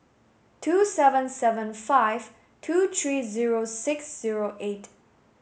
two seven seven five two three zero six zero eight